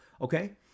Okay